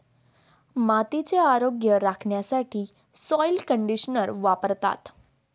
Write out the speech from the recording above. मातीचे आरोग्य राखण्यासाठी सॉइल कंडिशनर वापरतात